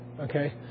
Okay